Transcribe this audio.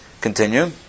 Continue